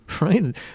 right